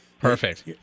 Perfect